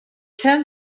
ten